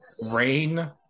Rain